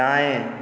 दाएँ